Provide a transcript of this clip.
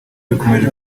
bikomeje